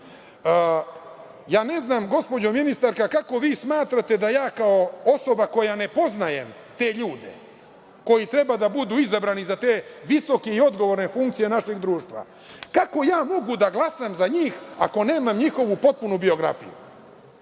Ne znam, gospođo ministarka, kako vi smatrate da ja kao osoba koja ne poznajem te ljude koji treba da budu izabrani za te visoke i odgovorne funkcije našeg društva, kako ja mogu da glasam za njih ako nemam njihovu potpunu biografiju?